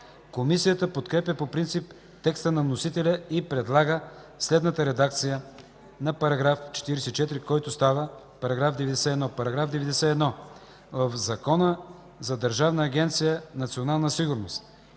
Комисията подкрепя по принцип текста на вносителя и предлага следната редакция на § 44, който става § 91. „§ 91. В Закона за Държавна агенция „Национална сигурност”